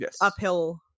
uphill